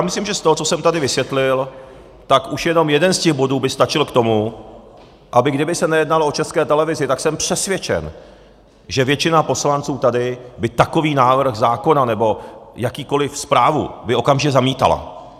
Myslím, že z toho, co jsem tady vysvětlil, tak už jenom jeden z těch bodů by stačil k tomu, aby, kdyby se nejednalo o České televizi, tak jsem přesvědčen, že většina poslanců tady by takový návrh zákona nebo jakoukoli zprávu okamžitě zamítala.